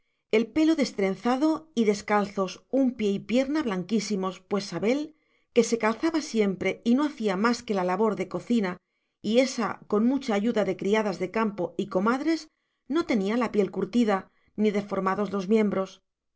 el pelo destrenzado y descalzos un pie y pierna blanquísimos pues sabel que se calzaba siempre y no hacía más que la labor de cocina y ésa con mucha ayuda de criadas de campo y comadres no tenía la piel curtida ni deformados los miembros